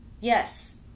Yes